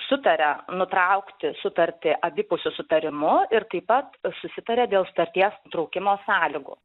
sutaria nutraukti sutartį abipusiu sutarimu ir taip pat susitaria dėl sutarties nutraukimo sąlygų